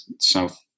south